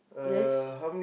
yes